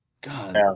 God